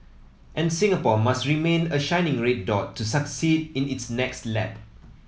and Singapore must remain a shining red dot to succeed in its next lap